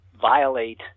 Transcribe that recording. violate